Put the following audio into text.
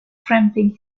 cramping